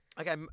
Okay